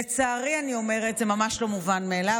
לצערי, אני אומרת, זה ממש לא מובן מאליו.